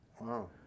Wow